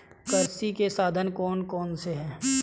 कृषि के साधन कौन कौन से हैं?